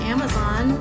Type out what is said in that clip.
Amazon